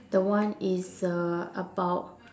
the one is uh about